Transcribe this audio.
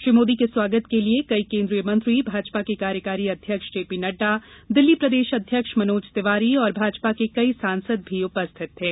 श्री मोदी के स्वागत के लिए कई केन्द्रीय मंत्री भाजपा के कार्यकारी अध्यक्ष जेपी नड्डा दिल्ली प्रदेश अध्यक्ष मनोज तिवारी और भाजपा के कई सांसद भी उपस्थित थे